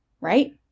right